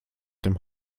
den